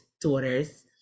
daughters